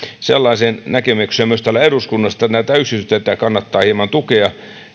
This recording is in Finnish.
sellaiseen näkemykseen myös täällä eduskunnassa että näitä yksityisteitä kannattaa hieman tukea